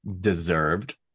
deserved